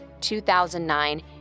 2009